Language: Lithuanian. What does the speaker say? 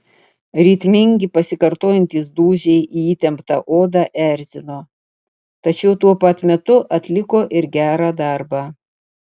ritmingi pasikartojantys dūžiai į įtemptą odą erzino tačiau tuo pat metu atliko ir gerą darbą